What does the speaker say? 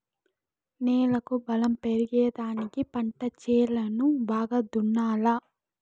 నేలకు బలం పెరిగేదానికి పంట చేలను బాగా దున్నాలా